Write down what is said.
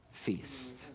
feast